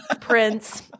Prince